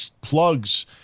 plugs